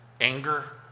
Anger